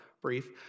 brief